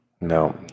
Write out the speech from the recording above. No